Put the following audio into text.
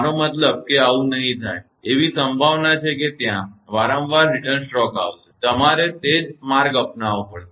મારો મતલબ કે આવું નહીં થાય એવી સંભાવના છે કે ત્યાં વારંવાર રિટર્ન સ્ટ્રોક આવશે તમારે તે જ માર્ગ અપનાવવો પડશે